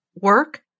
work